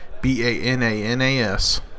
B-A-N-A-N-A-S